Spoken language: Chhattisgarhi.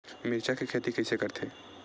मिरचा के खेती कइसे करथे?